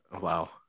Wow